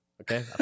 Okay